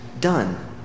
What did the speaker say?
done